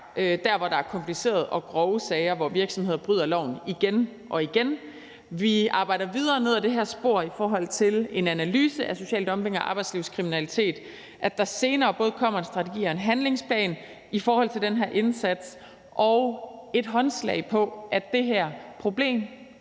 der, hvor der er komplicerede og grove sager, hvor virksomheder bryder loven igen og igen. Vi arbejder videre ned ad det her spor i forhold til en analyse af social dumping, af arbejdslivskriminalitet, og at der senere både kommer en strategi og en handlingsplan i forhold til den her indsats, og et håndslag på, at det her problem